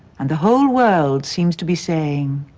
and the whole world seems to be saying,